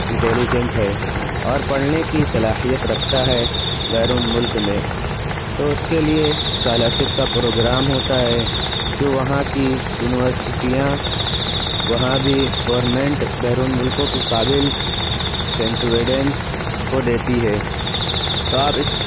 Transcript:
intelligent ہے اور پڑھنے کی صلاحیت رکھتا ہے بیرون ملک میں تو اس کے لیے اسکالرشپ کا پروگرام ہوتا ہے جو وہاں کی یونیورسٹیاں وہاں بھی گورنمنٹ بیرون ملکوں کی قابل سینٹویڈنس کو دیتی ہے تو آپ اس